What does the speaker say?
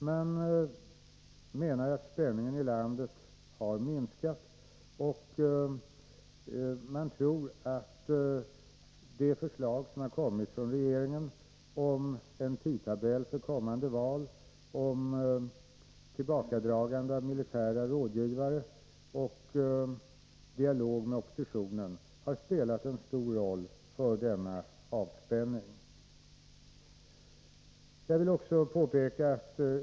Man menar att spänningen i landet har minskat, och man tror att de förslag som kommit från regeringen om en tidtabell för kommande val, om tillbakadragande av militära rådgivare och om en dialog med oppositionen har spelat en stor roll för denna avspänning.